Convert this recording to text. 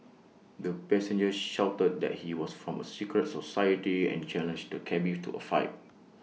the passenger shouted that he was from A secret society and challenged the cabby to A fight